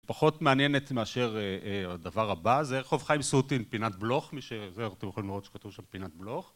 פחות מעניינת מאשר הדבר הבא, זה חוף חיים סוטין פינת בלוך מי ש... אתם יכולים לראות שכתוב שם פינת בלוך